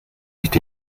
nicht